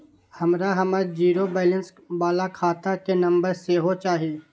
हमरा हमर zero balance बाला खाता के नम्बर सेहो चाही